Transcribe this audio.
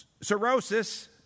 cirrhosis